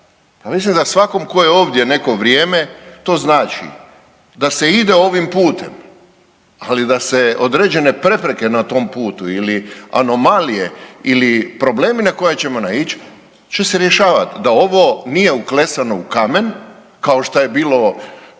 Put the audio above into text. mislim da svakom tko je ovdje neko vrijeme to znači da se ide ovim putem, ali da se određene prepreke na tom putu ili anomalije ili problemi na koje ćemo naići će se rješavati, da ovo nije uklesano u kamen kao što je bilo